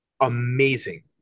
Amazing